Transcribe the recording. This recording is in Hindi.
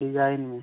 डिजाइन में